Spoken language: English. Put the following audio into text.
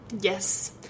Yes